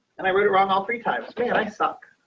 and i read it wrong. all three times but and i suck.